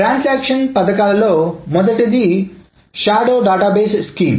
transaction పథకాల్లో మొదటిది shadow database scheme